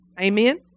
Amen